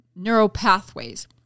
neuropathways